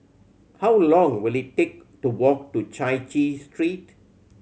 how long will it take to walk to Chai Chee Street